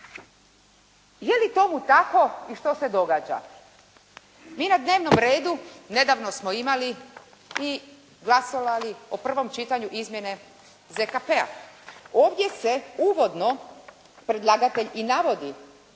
Je li tomu tako i što se događa? Mi na dnevnom redu nedavno smo imali i glasovali o prvom čitanju izmjene ZKP-a. Ovdje se uvodno, predlagatelj i navodi